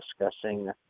discussing